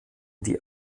die